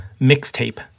mixtape